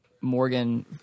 Morgan